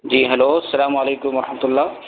جی hello السلام علیکم و رحمتہ اللہ